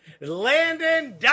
Landon